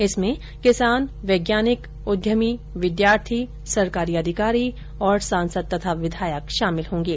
इसमें किसान वैज्ञानिक उद्यमी विद्यार्थी सरकारी अधिकारी तथा सांसद और विधायक शामिल होंगे